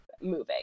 moving